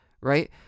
right